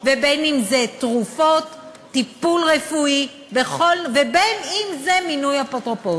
אם זה תרופות וטיפול רפואי ואם זה מינוי אפוטרופוס.